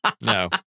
No